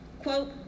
Quote